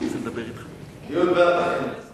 דיון בוועדת החינוך.